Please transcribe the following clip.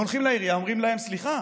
הם הולכים לעירייה ואומרים: סליחה,